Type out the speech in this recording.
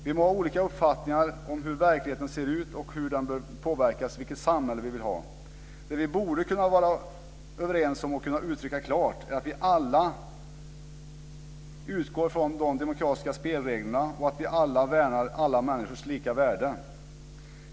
Vi må ha olika uppfattningar om hur verkligheten ser ut, hur den bör påverkas och vilket samhälle vi vill ha. Det som vi borde kunna vara överens om och uttrycka klart är att vi alla utgår från de demokratiska spelreglerna och att vi värnar alla människors lika värde.